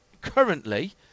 currently